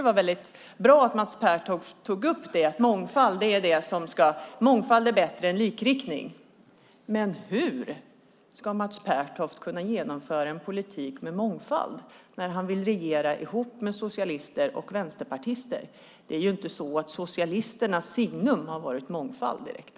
Det var bra att han sade att mångfald är bättre än likriktning. Men hur ska Mats Pertoft kunna genomföra en politik med mångfald när han vill regera ihop med socialister och vänsterpartister? Socialisternas signum har inte direkt varit mångfald.